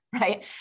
right